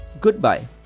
goodbye